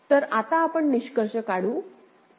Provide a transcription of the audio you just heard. तर आता आपण निष्कर्ष काढू